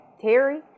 Terry